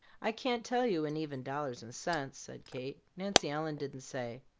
i can't tell you, in even dollars and cents, said kate. nancy ellen didn't say.